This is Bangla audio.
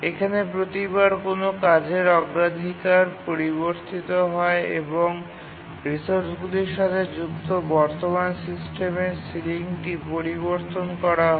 এখানে প্রতিবার কোনও কাজের অগ্রাধিকার পরিবর্তিত হয় এবং রিসোর্সগুলির সাথে যুক্ত বর্তমান সিস্টেমের সিলিংটি পরিবর্তন করা হয়